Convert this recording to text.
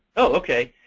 oh, ok.